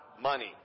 money